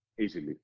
easily